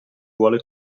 vuole